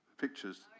pictures